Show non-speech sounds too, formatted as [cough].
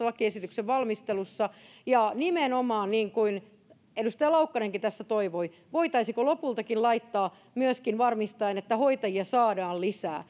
[unintelligible] lakiesityksen valmistelussa ja nimenomaan niin kuin edustaja laukkanenkin tässä toivoi voitaisiinko lopultakin laittaa myöskin varmistaen että hoitajia saadaan lisää [unintelligible]